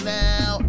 now